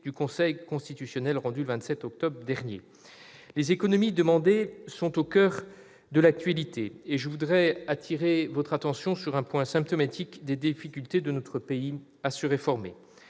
le Conseil constitutionnel le 27 octobre dernier. Les économies demandées sont au coeur de l'actualité et je voudrais attirer votre attention sur un point symptomatique des difficultés de notre pays à se réformer.